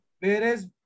Whereas